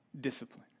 discipline